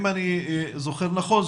אם אני זוכר נכון,